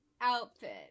outfit